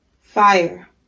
Fire